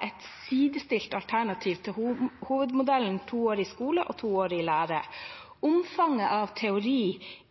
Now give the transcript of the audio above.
et sidestilt alternativ til hovedmodellen med to år i skole og to år i lære. Omfanget av teori